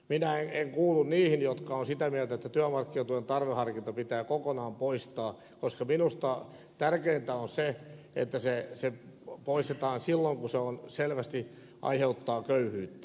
minä en kuulu niihin jotka ovat sitä mieltä että työmarkkinatuen tarveharkinta pitää kokonaan poistaa koska minusta tärkeintä on se että se poistetaan silloin kun se selvästi aiheuttaa köyhyyttä